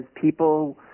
people